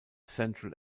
central